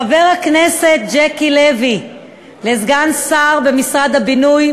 חבר הכנסת ז'קי לוי לסגן שר במשרד הבינוי,